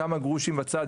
כמה גרושים בצד,